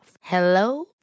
Hello